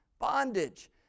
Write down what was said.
Bondage